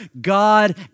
God